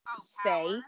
say